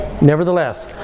nevertheless